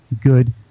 good